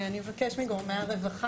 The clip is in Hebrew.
אני אבקש מגורמי הרווחה,